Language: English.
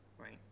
right